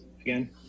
again